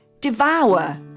devour